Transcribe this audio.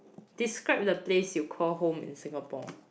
describe the place you call home in Singapore